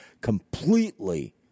completely